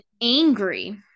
angry